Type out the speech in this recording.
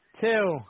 two